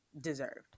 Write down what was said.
deserved